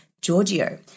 Giorgio